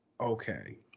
Okay